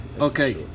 Okay